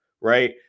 right